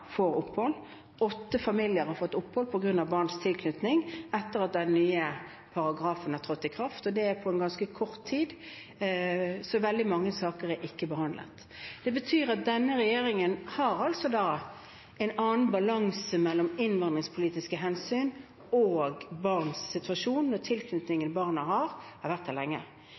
opphold. Åtte familier har fått opphold på grunn av barns tilknytning etter at den nye paragrafen har trådt i kraft. Det er på ganske kort tid, så veldig mange saker er ikke behandlet. Det betyr at denne regjeringen har en annen balanse mellom innvandringspolitiske hensyn og barns situasjon,